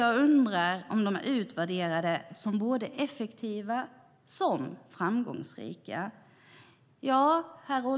Jag undrar om de är utvärderade som både effektiva och framgångsrika.